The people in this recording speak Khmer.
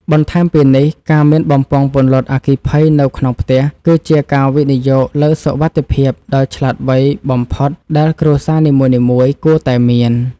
បន្ថែមពីនេះ ការមានបំពង់ពន្លត់អគ្គិភ័យនៅក្នុងផ្ទះ គឺជាការវិនិយោគលើសុវត្ថិភាពដ៏ឆ្លាតវៃបំផុតដែលគ្រួសារនីមួយៗគួរតែមាន។